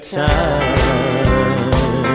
time